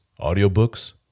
audiobooks